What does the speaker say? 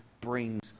brings